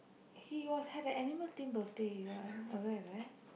he was at the animal theme birthday your aware right